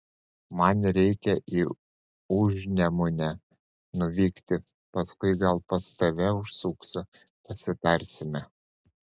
man reikia į užnemunę nuvykti paskui gal pas tave užsuksiu pasitarsime